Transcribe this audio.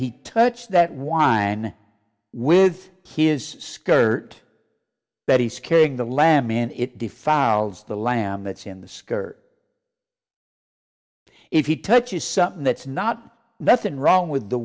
he touch that wine with his skirt that he's carrying the lamb and it defiles the lamb that's in the skirt if he touches something that's not nothing wrong with the